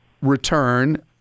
return